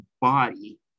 body